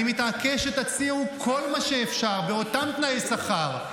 אני מתעקש שתציעו כל מה שאפשר באותם תנאי שכר,